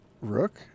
Rook